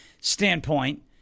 standpoint